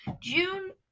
June